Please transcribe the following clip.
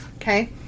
okay